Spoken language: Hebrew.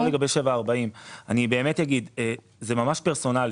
וזה לא לגבי 7 עד 40. זה ממש פרסונלי.